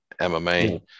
MMA